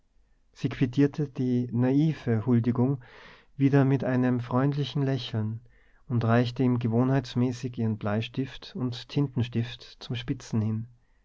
sie quittierte die naive huldigung wieder mit einem freundlichen lächeln und reichte ihm gewohnheitsmäßig ihren bleistift und tintenstift zum spitzen hin